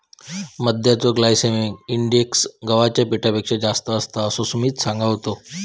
मैद्याचो glycemic index गव्हाच्या पिठापेक्षा जास्त असता, असा सुमित सांगा होतो